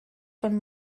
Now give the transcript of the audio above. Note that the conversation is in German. von